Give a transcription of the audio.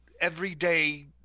everyday